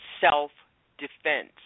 self-defense